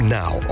now